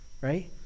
right